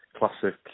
Classic